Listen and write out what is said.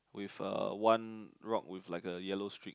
with a one rock with like a yellow strip